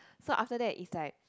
so after that it's like